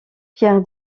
pierre